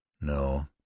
No